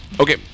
Okay